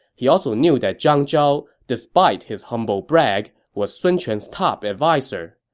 he also knew that zhang zhao, despite his humble brag, was sun quan's top adviser.